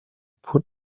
put